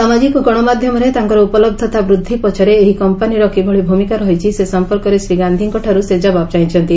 ସାମାଜିକ ଗଣମାଧ୍ୟମରେ ତାଙ୍କର ଉପଲବ୍ଧତା ବୃଦ୍ଧି ପଛରେ ଏହି କମ୍ପାନୀର କିଭଳି ଭୂମିକା ରହିଛି ସେ ସମ୍ପର୍କରେ ଶ୍ରୀ ଗାନ୍ଧିଙ୍କଠାରୁ ସେ ଜବାବ୍ ଚାହିଁଛନ୍ତି